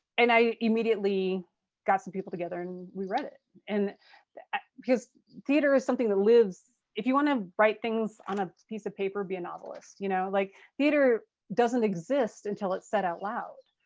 and i immediately got some people together and we read it and because theater is something that lives. if you want to write things on a piece of paper, be a novelist. you know like theater doesn't exist until it's said out loud.